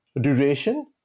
duration